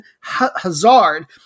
Hazard